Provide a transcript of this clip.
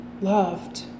loved